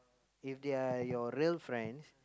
if they're your real friends